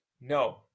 No